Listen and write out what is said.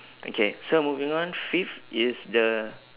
okay so moving on fifth is the